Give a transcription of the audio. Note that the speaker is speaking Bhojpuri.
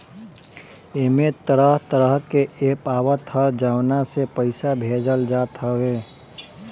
एमे तरह तरह के एप्प आवत हअ जवना से पईसा भेजल जात हवे